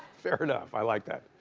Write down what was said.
fair enough, i like that.